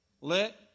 Let